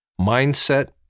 Mindset